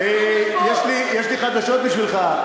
יש לי חדשות בשבילך,